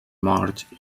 morts